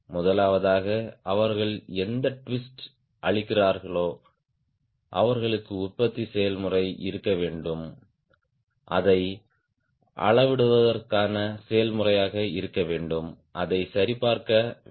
முதலாவதாக அவர்கள் எந்த ட்விஸ்ட் அளிக்கிறார்களோ அவர்களுக்கு உற்பத்தி செயல்முறை இருக்க வேண்டும் அதை அளவிடுவதற்கான செயல்முறையாக இருக்க வேண்டும் அதை சரிபார்க்க வேண்டும்